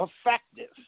effective